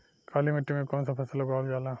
काली मिट्टी पर कौन सा फ़सल उगावल जाला?